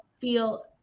feel